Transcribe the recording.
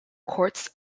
courts